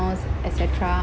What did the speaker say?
accounts et cetera